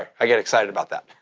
i get excited about that.